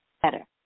Better